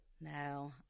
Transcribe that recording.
No